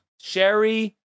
Sherry